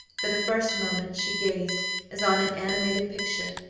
for the first moment she gazed as on an animated picture,